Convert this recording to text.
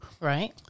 right